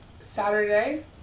Saturday